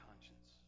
conscience